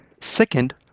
Second